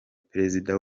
perezida